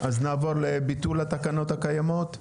נעבור לנושא השני, ביטול התקנות הקיימות.